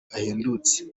ahendutse